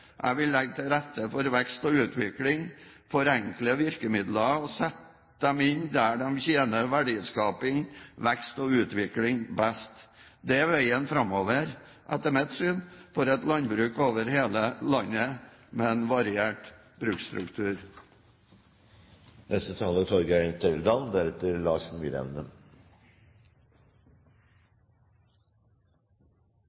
Jeg vil legge til rette for vekst og utvikling, forenkle virkemidlene og sette dem inn der det tjener verdiskaping, vekst og utvikling best. Det er etter mitt syn veien framover for et landbruk over hele landet med en variert bruksstruktur.